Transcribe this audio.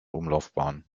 umlaufbahn